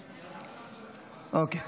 אוקיי,